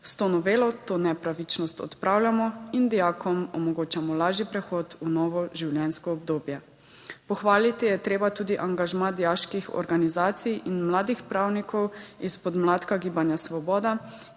S to novelo to nepravičnost odpravljamo in dijakom omogočamo lažji prehod v novo življenjsko obdobje. Pohvaliti je treba tudi angažma dijaških organizacij in mladih pravnikov iz podmladka Gibanja Svoboda,